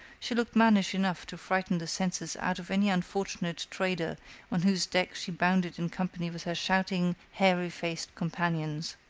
she looked mannish enough to frighten the senses out of any unfortunate trader on whose deck she bounded in company with her shouting, hairy-faced companions.